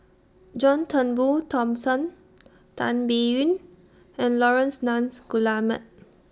John Turnbull Thomson Tan Biyun and Laurence Nunns Guillemard